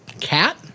Cat